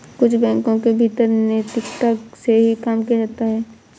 कुछ बैंकों के भीतर नैतिकता से ही काम किया जाता है